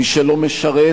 מי שלא משרת,